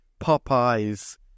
popeyes